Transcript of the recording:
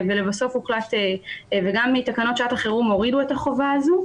גם מתקנות שעת החירום הורידו את החובה הזו.